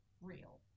real